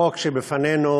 החוק שבפנינו